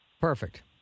perfect